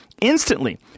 instantly